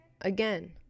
again